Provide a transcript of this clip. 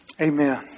Amen